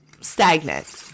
stagnant